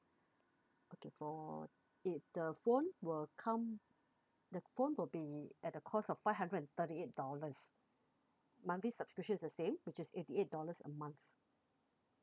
okay for it the phone will come the phone will be at a cost of five hundred and thirty eight dollars monthly subscription is the same which is eighty eight dollars a month